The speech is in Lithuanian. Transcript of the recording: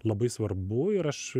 labai svarbu ir aš